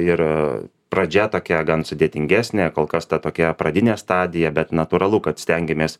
ir pradžia tokia gan sudėtingesnė kol kas ta tokia pradinė stadija bet natūralu kad stengiamės